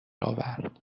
آورد